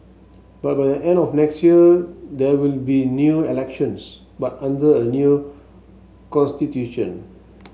but by the end of next year there will be new elections but under a new constitution